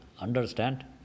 understand